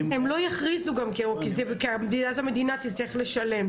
הם לא יכריזו גם, כי אז המדינה תצטרך לשלם.